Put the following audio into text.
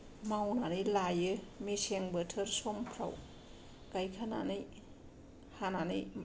मावनानै लायो मेसें बोथोर समफ्राव गायखानानै हानानै